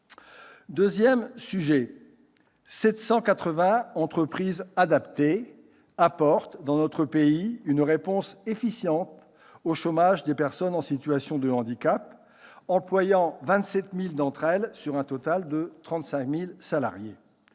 notre pays, 780 entreprises adaptées apportent une réponse efficiente au chômage des personnes en situation de handicap, employant 27 000 d'entre elles, sur un total de 35 000 salariés.